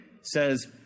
says